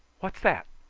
what's that?